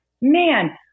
man